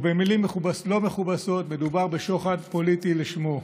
או במילים לא מכובסות: מדובר בשוחד פוליטי לשמו.